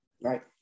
Right